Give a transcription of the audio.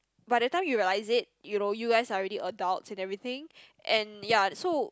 by the time you realize it you know you guys are already adults and everything and ya so